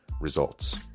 Results